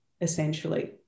essentially